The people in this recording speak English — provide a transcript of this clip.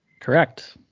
Correct